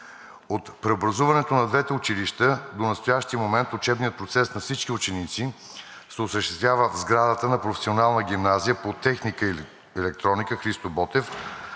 От преобразуването на двете училища до настоящия момент учебният процес на всички ученици се осъществява в сградата на Професионална гимназия по техника и електроника „Христо Ботев“,